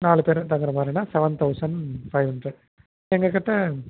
நாலு பேரும் தங்குறமாதிரினா சவன் தௌசண்ட் ஃபைவ் ஹண்ட்ரட் எங்கக்கிட்ட